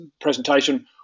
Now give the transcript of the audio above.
presentation